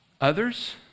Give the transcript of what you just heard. others